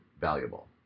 valuable